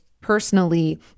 personally